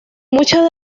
muchas